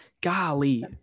golly